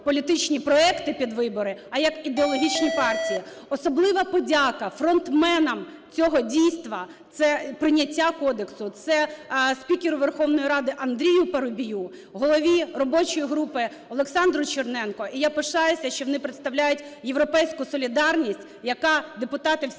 політичні проекти під вибори, а як ідеологічні партії. Особлива подяка фронтменам цього дійства - це прийняття кодексу - це спікеру Верховної Ради Андрію Парубію, голові робочої групи Олександру Черненку. І я пишаюся, що вони представляють "Європейську солідарність", депутати всі,